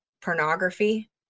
pornography